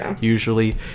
usually